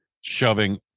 shoving